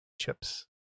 chips